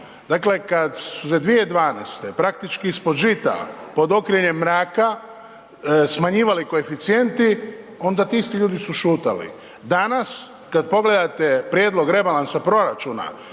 Dakle, kad su se 2012. praktički ispod žita, pod okriljem mraka smanjivali koeficijenti, onda ti isti ljudi su šutjeli. Danas kad pogledate prijedlog rebalansa proračuna